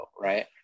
right